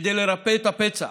כדי לרפא את הפצע,